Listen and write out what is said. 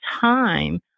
time